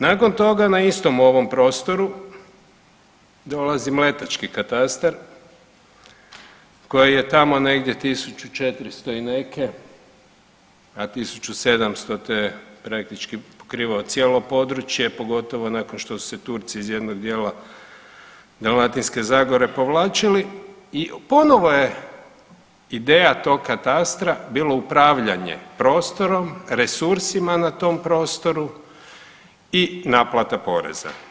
Nakon toga na istom ovom prostoru dolazi mletački katastar koji je tamo negdje 1400 i neke, a 1700 je praktički pokrivao cijelo područje pogotovo nakon što su se Turci iz jednog dijela Dalmatinske zagore povlačili i ponovo je ideja tog katastra bilo upravljanje prostorom, resursima na tom prostoru i naplata poreza.